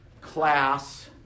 class